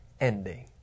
ending